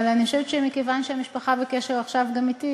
אבל אני חושבת שמכיוון שהמשפחה עכשיו בקשר גם אתי,